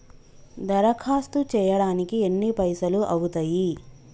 దరఖాస్తు చేయడానికి ఎన్ని పైసలు అవుతయీ?